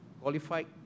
qualified